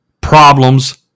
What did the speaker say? problems